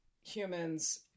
humans